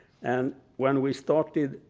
and when we started